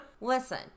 Listen